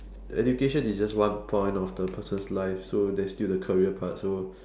education is just one point of the person's life so there's still the career part so